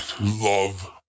Love